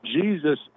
Jesus